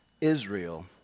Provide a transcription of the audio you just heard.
Israel